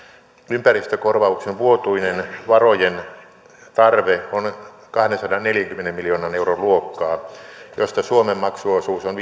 ympäristökorvauksen vuotuinen varojen tarve on kahdensadanneljänkymmenen miljoonan euron luokkaa josta suomen maksuosuus on